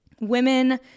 women